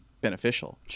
beneficial